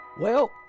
Well